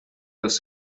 dels